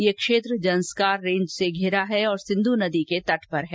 यह क्षेत्र जन्सकार रेंज से धिरा है और सिन्धू नदी के तट पर है